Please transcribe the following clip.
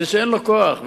מפני שאין לו כוח,